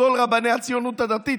גדול רבני הציונות הדתית,